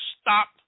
stop